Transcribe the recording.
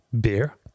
beer